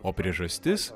o priežastis